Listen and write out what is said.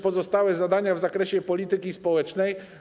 Pozostałe zadania w zakresie polityki społecznej.